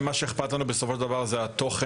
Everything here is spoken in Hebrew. שאכפת לנו בסופו של דבר זה התוכן,